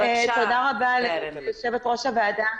תודה רבה ליושבת-ראש הוועדה,